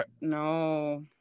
no